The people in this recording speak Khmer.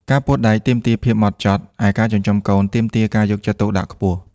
ការពត់ដែកទាមទារភាពហ្មត់ចត់ ឯការចិញ្ចឹមកូនទាមទារភាពយកចិត្តទុកដាក់ខ្ពស់។